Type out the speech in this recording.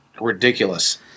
ridiculous